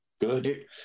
good